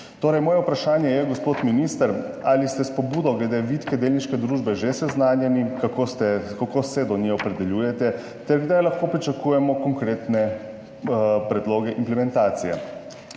Moje vprašanje je, gospod minister: Ali ste s pobudo glede vitke delniške družbe že seznanjeni? Kako se do nje opredeljujete? Kdaj lahko pričakujemo konkretne predloge implementacije?